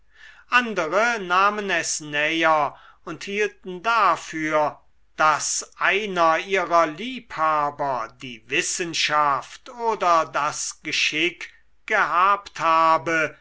andere nahmen es näher und hielten dafür daß einer ihrer liebhaber die wissenschaft oder das geschick gehabt habe